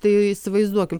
tai įsivaizduokim